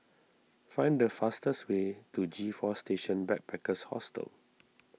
find the fastest way to G four Station Backpackers Hostel